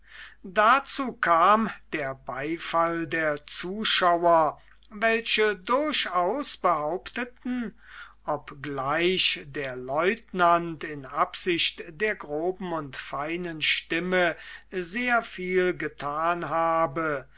dazu kam der beifall der zuschauer welche durchaus behaupteten obgleich der lieutenant in absicht der groben und feinen stimme sehr viel getan habe